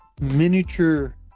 miniature